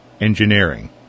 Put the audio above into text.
engineering